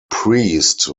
priest